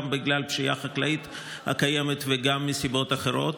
גם בגלל פשיעה חקלאית שקיימת וגם מסיבות אחרות.